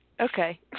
Okay